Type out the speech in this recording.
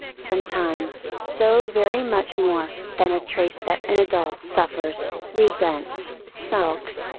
sometimes, so very much more, than a trace that an adult suffers, resents, sulks,